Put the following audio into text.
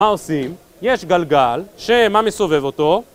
מה עושים? יש גלגל, שמה מסובב אותו?